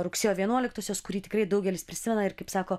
rugsėjo vienuoliktosios kurį tikrai daugelis prisimena ir kaip sako